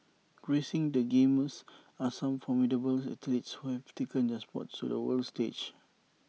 gracing the games are some formidable athletes who have taken their sports to the world stage